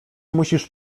musisz